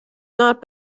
not